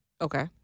Okay